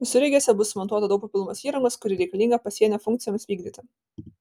visureigiuose bus sumontuota daug papildomos įrangos kuri reikalinga pasienio funkcijoms vykdyti